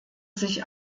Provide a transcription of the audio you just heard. sich